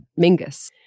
Mingus